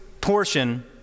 portion